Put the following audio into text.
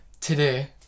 today